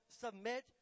submit